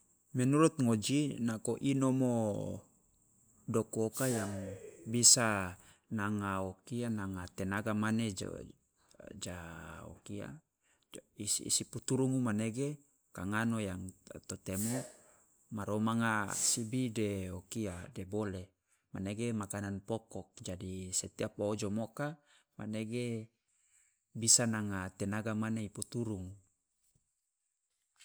Menurut ngoji nako inomo doku oka yang bisa nanga o kia nanga tenaga mane jo ja o kia i si i si puturu manege kangano yang to- to temo ma romanga sibi de o kia de bole manege makanan poko jadi setiap wo ojomoka manege bisa nanga tenaga mane i puturu.